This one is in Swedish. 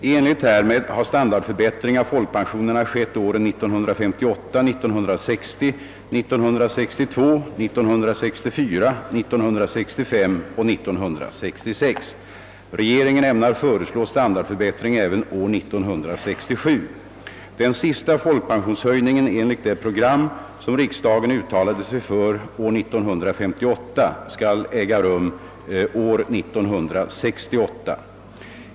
I enlighet härmed har standardförbättring av folkpensionerna skett åren 1958, 1960, 1962, 1964, 1965 och 1966. Regeringen ämnar föreslå standardförbättring även år 1967. Den sista folkpensionshöjningen enligt det program, som riksdagen uttalade sig för år 1958, skall äga rum år 1968.